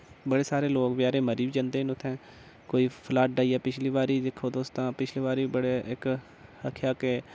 बड़े सारे लोक बचारे मरी बी जंदे न उत्थैं कोई फ्लड आईया पिछली बारी दिक्खो तुस तां पिछली बारी बी बड़े इक आखेआ के